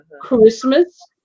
Christmas